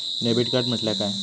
Debit card म्हटल्या काय?